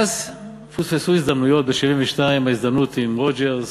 ואז פוספסו הזדמנויות: ב-1972 ההזדמנות עם רוג'רס,